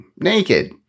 naked